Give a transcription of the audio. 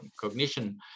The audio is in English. cognition